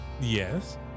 Yes